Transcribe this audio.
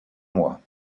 moi